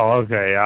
okay